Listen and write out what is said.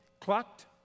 clucked